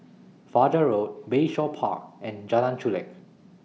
Fajar Road Bayshore Park and Jalan Chulek